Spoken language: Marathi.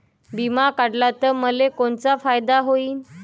बिमा काढला त मले कोनचा फायदा होईन?